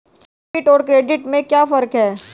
Debit और credit में क्या फर्क है?